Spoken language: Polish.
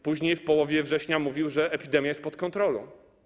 Później w połowie września mówił, że epidemia jest pod kontrolą.